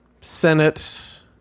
Senate